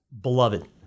beloved